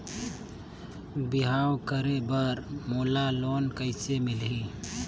बिहाव करे बर मोला लोन कइसे मिलही?